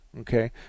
okay